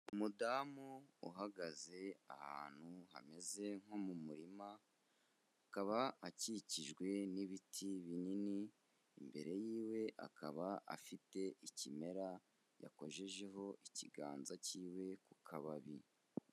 Umudamu uhagaze ahantu hameze nko mu murima, akaba akikijwe n'ibiti binini, imbere yiwe akaba afite ikimera yakojejeho ikiganza cyiwe ku kababi.